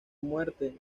muerte